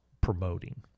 promoting